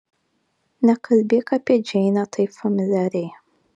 nekalbėk apie džeinę taip familiariai